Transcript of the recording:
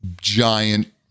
giant